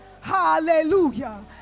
Hallelujah